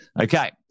Okay